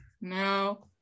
No